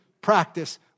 practice